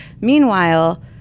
meanwhile